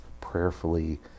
prayerfully